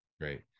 great